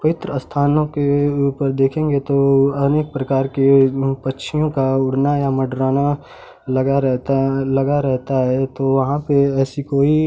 पवित्र स्थानों के ऊपर देखेंगे तो अनेक प्रकार के पक्षियों का उड़ना या मंडराना लगा रहता लगा रहता है तो वहाँ पर ऐसी कोई